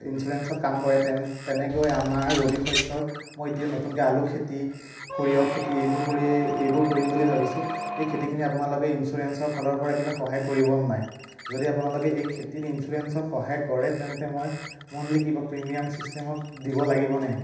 ইঞ্চুৰেঞ্চত কাম কৰে তেন তেনেকৈ আমাৰ ৰবি শস্যৰ মই এতিয়া নতুনকৈ আলু খেতি সৰিয়হ খেতি এইবোৰ কৰি এইবোৰ কৰিম বুলি ভাবিছোঁ এই খেতিখিনি আপোনালোকে ইঞ্চুৰেঞ্চৰ ফালৰ পৰা কিবা সহায় কৰিব নাই যদি আপোনালোকে এই খেতিত ইঞ্চুৰেঞ্চৰ সহায় কৰে তেন্তে মই মন্থলি কিবা প্ৰিমিয়াম চিষ্টেমত দিব লাগিবনে